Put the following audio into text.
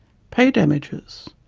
pay damages,